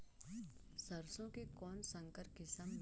सरसो के कौन संकर किसम मे तेल पेरावाय म जादा होही?